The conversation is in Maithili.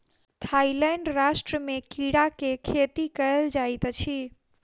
थाईलैंड राष्ट्र में कीड़ा के खेती कयल जाइत अछि